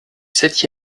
sept